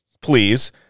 please